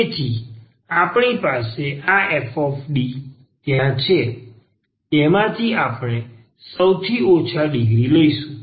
તેથી આપણી પાસે આ FD ત્યાં છે તેમાંથી આપણે સૌથી ઓછી ડિગ્રી લઈશું